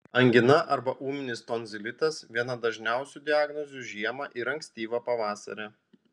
angina arba ūminis tonzilitas viena dažniausių diagnozių žiemą ir ankstyvą pavasarį